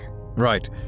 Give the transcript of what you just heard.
Right